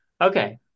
Okay